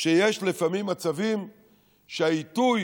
שיש לפעמים מצבים שהעיתוי